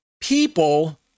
people